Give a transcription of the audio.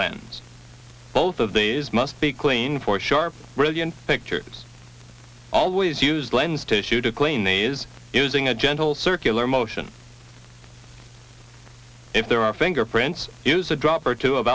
lens both of these must be clean for sharp brilliant fixture it's always used lens to shoot a clean the is using a gentle circular motion if there are fingerprints use a drop or two of